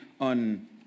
on